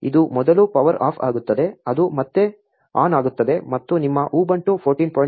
ಇದು ಮೊದಲು power off ಆಗುತ್ತದೆ ಅದು ಮತ್ತೆ ಆನ್ ಆಗುತ್ತದೆ ಮತ್ತು ನಿಮ್ಮ ಉಬುಂಟು 14